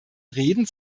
reden